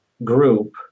Group